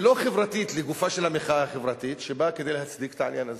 ולא חברתית, לגופה של המחאה החברתית, לעניין הזה.